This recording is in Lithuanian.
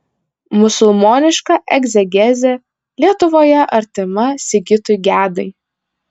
musulmoniška egzegezė lietuvoje artima sigitui gedai